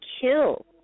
kill